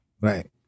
Right